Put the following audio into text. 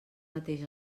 mateix